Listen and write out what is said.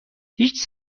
هیچ